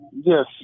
Yes